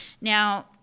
Now